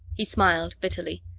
he smiled, bitterly.